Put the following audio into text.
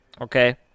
okay